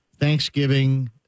Thanksgiving